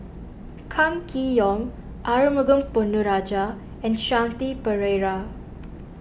Kam Kee Yong Arumugam Ponnu Rajah and Shanti Pereira